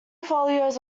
folios